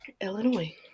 Illinois